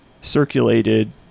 circulated